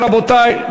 רבותי,